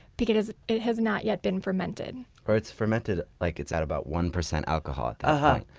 because it has not yet been fermented or it's fermented like it's at about one percent alcohol at but